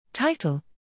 Title